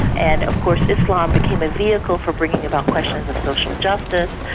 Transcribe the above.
and of course islam became a vehicle for bringing about questions of social justice,